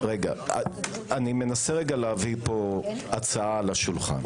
אני מנסה להבין הצעה על השולחן.